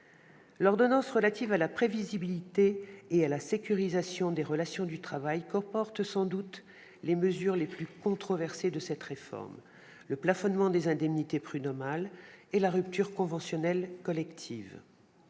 L'ordonnance relative à la prévisibilité et à la sécurisation des relations du travail comporte sans doute les mesures les plus controversées de cette réforme : le plafonnement des indemnités prud'homales et la rupture conventionnelle collective.